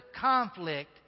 conflict